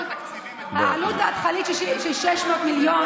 470 מיליון,